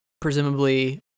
presumably